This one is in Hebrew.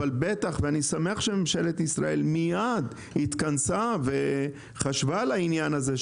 אבל אני שמח שממשלת ישראל התכנסה מיד וחשבה על העניין הזה,